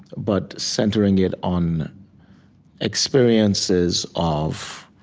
but centering it on experiences of